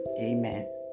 Amen